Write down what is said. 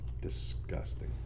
Disgusting